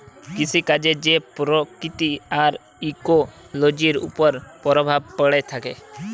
কিসিকাজের যে পরকিতি আর ইকোলোজির উপর পরভাব প্যড়ে থ্যাকে